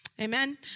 Amen